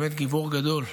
באמת גיבור גדול.